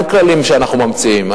אין כללים שאנחנו ממציאים,